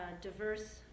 diverse